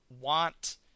want